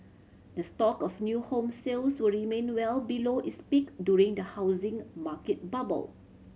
the stock of new home sales will remain well below its peak during the housing market bubble